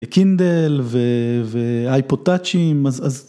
קינדל והאייפו-טאצ'ים, אז...